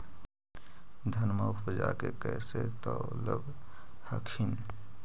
धनमा उपजाके कैसे तौलब हखिन?